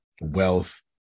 wealth